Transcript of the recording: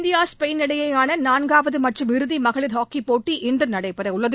India Spain இடையேயான நான்காவது மற்றும் இறுதி மகளிர் ஹாக்கிப் போட்டி இன்று நடைபெற உள்ளது